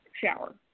Shower